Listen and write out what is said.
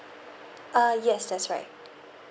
ah yes that's right